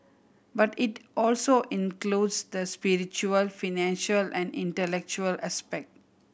but it also includes the spiritual financial and intellectual aspect